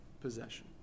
possession